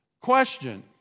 question